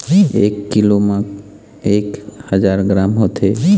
एक कीलो म एक हजार ग्राम होथे